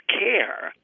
care